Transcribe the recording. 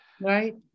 right